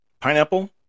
pineapple